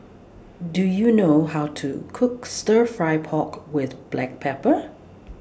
Do YOU know How to Cook Stir Fry Pork with Black Pepper